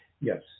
Yes